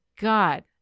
God